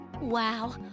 Wow